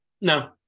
no